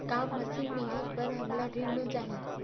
का मशीन मिलही बर हमला ऋण मिल जाही?